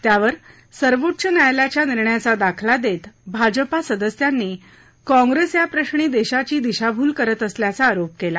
त्यावर सर्वोच्च न्यायालयाच्या निर्णयाचा दाखला देत भाजपा सदस्यांनी काँप्रेस या प्रश्नी देशाची दिशाभूल करत असल्याचा आरोप केला